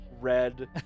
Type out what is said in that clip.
red